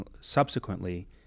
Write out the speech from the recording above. subsequently